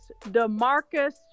Demarcus